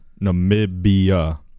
Namibia